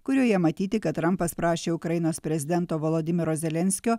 kurioje matyti kad trampas prašė ukrainos prezidento volodymyro zelenskio